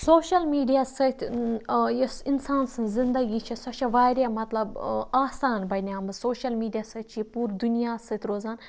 social media سۭتۍ یُس اِنسان سٕنٛز زِندگی چھےٚ سۄ چھےٚ واریاہ مطلب آسان بَنیمٕژ سوشَل میٖڈیا سۭتۍ چھِ یہِ پوٗرٕ دُنیاہَس سۭتۍ روزان